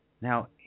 Now